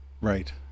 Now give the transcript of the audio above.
Right